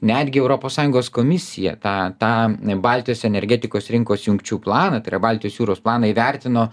netgi europos sąjungos komisija tą tą baltijos energetikos rinkos jungčių planą tai yra baltijos jūros planą įvertino